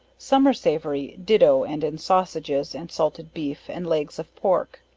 summer savory, ditto, and in sausages and salted beef, and legs of pork.